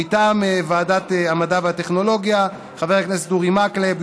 מטעם ועדת המדע והטכנולוגיה: חברי הכנסת אורי מקלב,